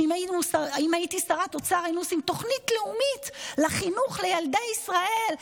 שאם הייתי שרת אוצר היינו עושים תוכנית לאומית לחינוך לילדי ישראל,